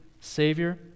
Savior